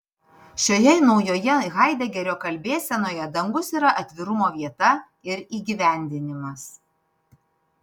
šioje naujoje haidegerio kalbėsenoje dangus yra atvirumo vieta ir įgyvendinimas